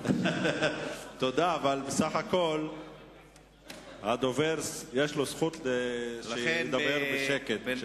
תודה, אבל לדובר יש זכות לדבר בשקט.